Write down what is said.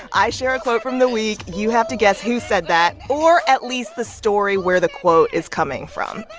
i share a quote from the week. you have to guess who said that or at least the story where the quote is coming from.